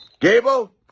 Gable